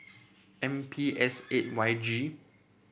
M P S eight Y G